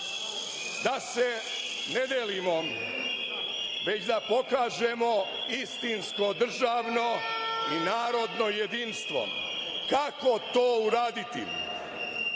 da se ne delimo, već da pokažemo istinsko državno i narodno jedinstvo. Kako to uraditi?